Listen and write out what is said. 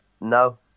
No